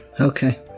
Okay